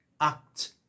act